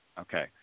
Okay